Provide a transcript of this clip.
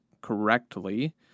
correctly